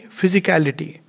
physicality